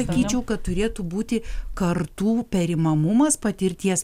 sakyčiau kad turėtų būti kartų perimamumas patirties